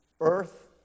earth